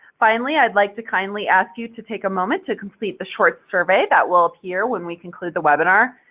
finally, i'd like to kindly ask you to take a moment to complete the short survey that will appear when we conclude the webinar.